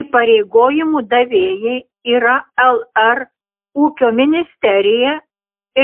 įpareigojimų davėjai yra lr ūkio ministerija